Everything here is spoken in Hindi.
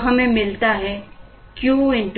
तो हमें मिलता है Q 2 है